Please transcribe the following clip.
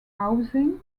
housing